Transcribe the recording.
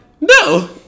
no